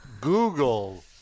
Google